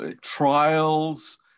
trials